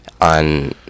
on